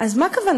אז מה כוונתכם?